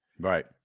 right